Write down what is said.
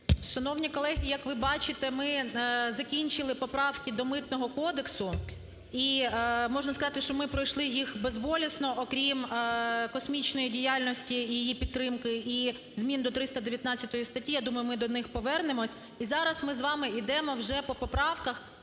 Шановні колеги, як ви бачите, ми закінчили поправки до Митного кодексу, і можна сказати, ми пройшли їх безболісно, окрім космічної діяльності і її підтримки, і змін до 319 статті, я думаю, ми до них повернемося. І зараз ми з вами ідемо вже по поправках